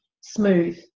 smooth